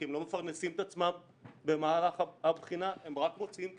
כי הם לא מפרנסים את עצמם במהלך הבחינה והם רק מוציאים כסף.